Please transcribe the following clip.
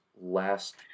last